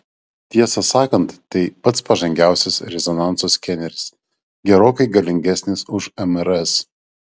tiesą sakant tai pats pažangiausias rezonanso skeneris gerokai galingesnis už mrs